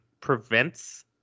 prevents